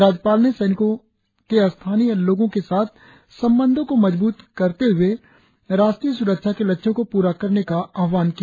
राज्यपाल ने सैनिकों के स्थानीय लोगो के साथ संबंधों को मजबूत करते हुए राष्ट्रीय सुरक्षा के लक्ष्यों का पूरा करने का आद्वान किया